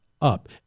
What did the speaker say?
up